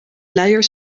luier